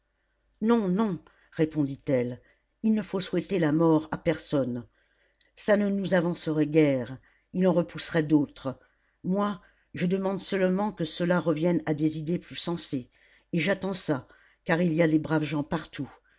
non non répondit-elle il ne faut souhaiter la mort à personne ça ne nous avancerait guère il en repousserait d'autres moi je demande seulement que ceux-là reviennent à des idées plus sensées et j'attends ça car il y a des braves gens partout